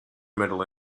middle